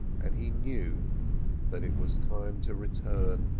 and he knew that it was time to return,